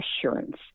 assurance